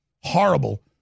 horrible